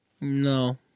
No